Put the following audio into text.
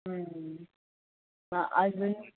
मग अजून